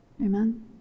Amen